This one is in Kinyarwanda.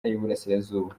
y’iburasirazuba